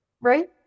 Right